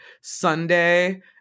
Sunday